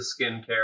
skincare